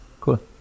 Cool